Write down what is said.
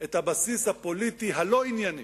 את הבסיס הפוליטי הלא-ענייני